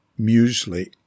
muesli